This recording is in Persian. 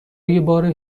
بار